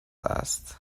است